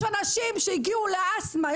יש אנשים שהגיעו למצב של אסתמה,